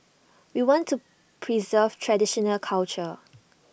we want to preserve traditional culture